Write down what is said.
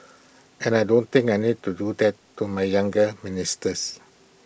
and I don't think I need to do that to my younger ministers